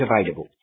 available